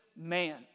man